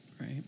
Right